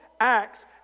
acts